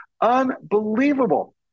unbelievable